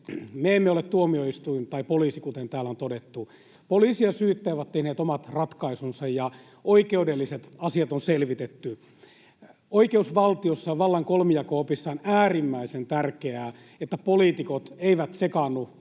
Me emme ole tuomioistuin tai poliisi, kuten täällä on todettu. Poliisi ja syyttäjä ovat tehneet omat ratkaisunsa, ja oikeudelliset asiat on selvitetty. Oikeusvaltiossa on vallan kolmijako-opissa äärimmäisen tärkeää, että poliitikot eivät sekaannu